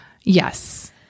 Yes